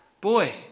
boy